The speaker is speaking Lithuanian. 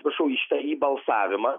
atsiprašau į šitą į balsavimą